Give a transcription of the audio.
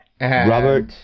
Robert